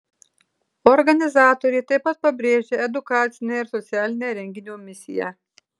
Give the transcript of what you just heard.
organizatorė taip pat pabrėžia edukacinę ir socialinę renginio misiją